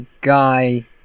guy